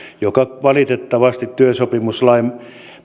joka valitettavasti työsopimuslain